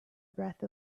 breath